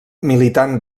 militant